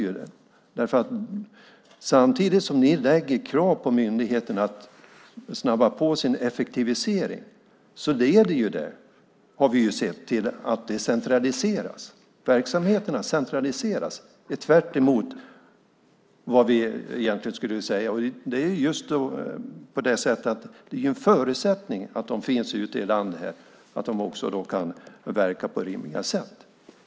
När ni ställer krav på myndigheterna att snabba på sin effektivisering har vi sett att det leder till att verksamheterna centraliseras. Det är tvärtemot vad vi vill. Det är en förutsättning att de finns ute i landet och kan verka på rimligt sätt.